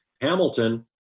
Hamilton